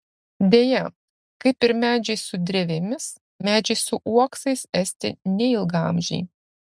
deja kaip ir medžiai su drevėmis medžiai su uoksais esti neilgaamžiai